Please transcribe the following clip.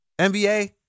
NBA